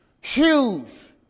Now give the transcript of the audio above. Shoes